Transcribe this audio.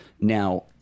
Now